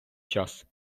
час